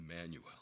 Emmanuel